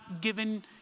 given